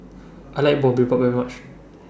I like Boribap very much